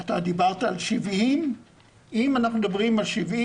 אתה דיברת על 70. אם אנחנו מדברים על 70,